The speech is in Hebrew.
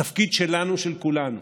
התפקיד שלנו, של כולנו,